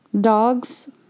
Dogs